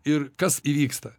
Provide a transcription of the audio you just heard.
ir kas įvyksta